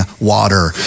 water